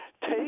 take